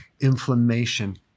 inflammation